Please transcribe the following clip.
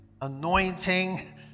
anointing